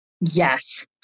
Yes